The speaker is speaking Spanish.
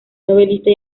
novelista